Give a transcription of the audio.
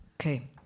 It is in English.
Okay